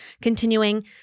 continuing